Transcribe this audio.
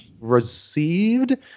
Received